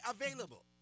available